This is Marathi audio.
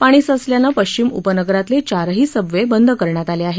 पाणी साचल्याने पश्विम उपनगरांतले चारही सबवे बंद करण्यात आले आहेत